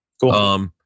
Cool